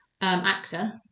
Actor